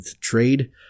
Trade